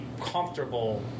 comfortable